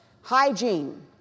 hygiene